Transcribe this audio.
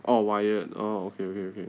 orh wired orh okay okay okay